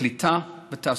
קליטה ותעסוקה.